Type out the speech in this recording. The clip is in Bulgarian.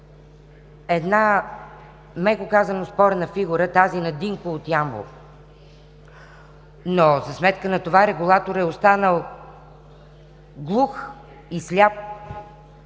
една, меко казано, спорна фигура – тази на Динко от Ямбол, но за сметка на това регулаторът е останал глух и сляп